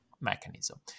mechanism